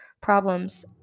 problems